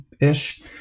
ish